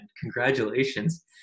congratulations